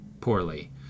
poorly